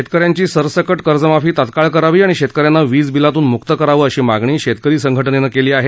शेतकऱ्यांची सरसकट कर्जमाफी तत्काळ करावी आणि शेतकऱ्यांना वीजबिलातून मुक्त करावं अशी मागणी शेतकरी संघटनेनं केली आहे